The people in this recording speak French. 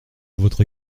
votre